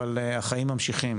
אבל החיים ממשיכים.